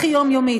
הכי יומיומית,